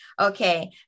Okay